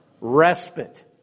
respite